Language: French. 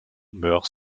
meurt